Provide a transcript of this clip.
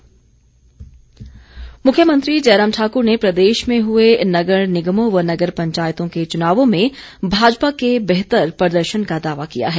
मुख्यमंत्री मुख्यमंत्री जयराम ठाकुर ने प्रदेश में हुए नगर निगमों व नगर पंचायतों के चुनावों में भाजपा के बेहतर प्रदर्शन का दावा किया है